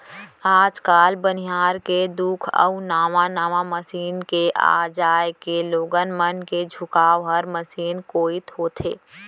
आज काल बनिहार के दुख अउ नावा नावा मसीन के आ जाए के लोगन मन के झुकाव हर मसीने कोइत होथे